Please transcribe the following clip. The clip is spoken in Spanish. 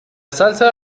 salsa